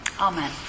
Amen